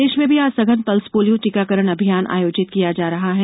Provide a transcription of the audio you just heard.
प्रदेश में भी आज सघन पल्स पोलियो टीकाकरण अभियान आयोजित किया जा रहा है